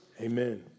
amen